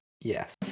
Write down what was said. Yes